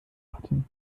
atem